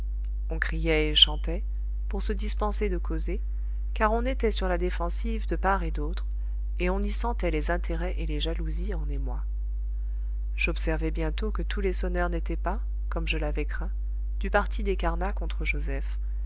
on criait et chantait pour se dispenser de causer car on était sur la défensive du part et d'autre et on y sentait les intérêts et les jalousies en émoi j'observai bientôt que tous les sonneurs n'étaient pas comme je l'avais craint du parti des carnat contre joseph